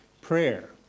Prayer